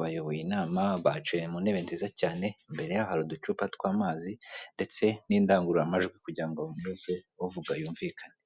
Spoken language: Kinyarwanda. bayonboye inama bicaye mu ntebe nziza cyane imbere yabo hari uducupa tw'amazi ndetse n'indangururamajwi kugira ngo mbese uvuga yumvikane.